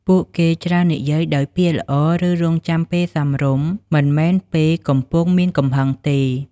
ពួកគេច្រើននិយាយដោយពាក្យល្អ ឬរង់ចាំពេលសមរម្យ មិនមែនពេលកំពុងមានកំហឹងទេ។